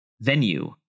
venue